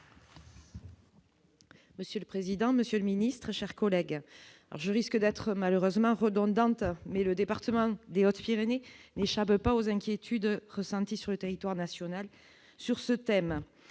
Monsieur le président, monsieur le ministre, chers collègues, je risque d'être malheureusement redondante mais le département d'Hautes-Pyrénées n'échappe pas aux inquiétudes ressenties sur le territoire national sur ce thème,